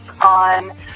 on